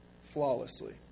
flawlessly